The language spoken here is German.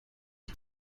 ich